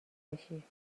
بشی